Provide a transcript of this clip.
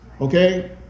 okay